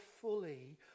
fully